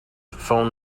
phone